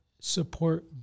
support